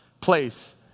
place